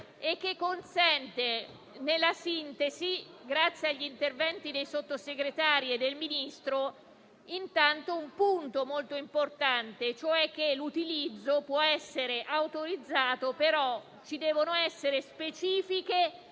di raggiungere, in sintesi, grazie agli interventi dei Sottosegretari e del Ministro, un punto molto importante: l'utilizzo può essere autorizzato, però ci devono essere specifiche